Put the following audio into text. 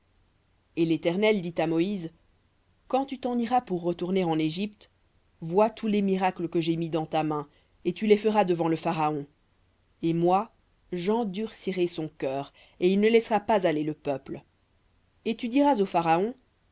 et l'éternel dit à moïse quand tu t'en iras pour retourner en égypte vois tous les miracles que j'ai mis dans ta main et tu les feras devant le pharaon et moi j'endurcirai son cœur et il ne laissera pas aller le peuple et tu diras au pharaon